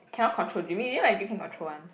cannot control dream you you know my dream can control one